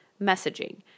messaging